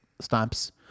stamps